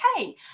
okay